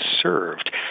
served